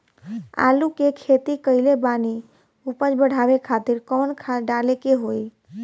आलू के खेती कइले बानी उपज बढ़ावे खातिर कवन खाद डाले के होई?